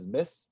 Miss